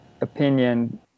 opinion